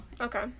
Okay